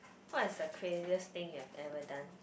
what's the craziest thing you have ever done